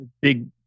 big